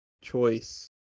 choice